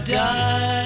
die